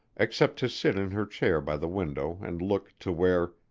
except to sit in her chair by the window and look to where,